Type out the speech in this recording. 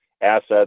assets